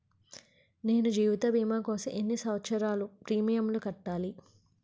నేను జీవిత భీమా కోసం ఎన్ని సంవత్సారాలు ప్రీమియంలు కట్టాలి?